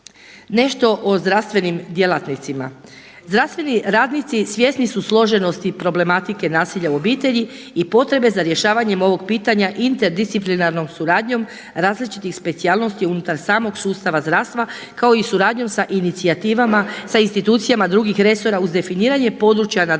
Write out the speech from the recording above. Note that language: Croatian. Nešto o zdravstvenim djelatnicima. Zdravstveni radnici svjesni su složenosti problematike nasilja u obitelji i potrebe za rješavanjem ovog pitanja interdisciplinarnom suradnjom različitih specijalnosti unutar samog sustava zdravstva kao i suradnju sa inicijativama sa institucijama drugih resora uz definiranje područja nadležnosti